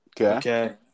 Okay